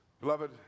Beloved